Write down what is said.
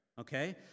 okay